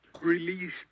Release